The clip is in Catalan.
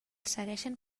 segueixen